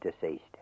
deceased